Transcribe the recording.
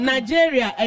Nigeria